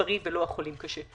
המספרי ולא החולים קשה.